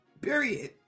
Period